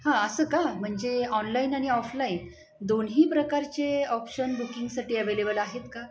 हां असं का म्हणजे ऑनलाईन आणि ऑफलाईन दोन्ही प्रकारचे ऑप्शन बुकिंगसाठी अव्हेलेबल आहेत का